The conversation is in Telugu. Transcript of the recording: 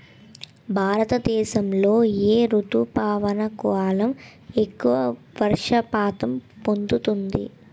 భారతదేశంలో ఏ రుతుపవన కాలం ఎక్కువ వర్షపాతం పొందుతుంది?